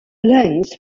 lynx